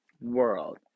world